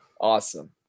Awesome